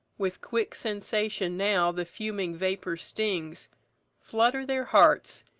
with quick sensation now the fuming vapour stings flutter their hearts,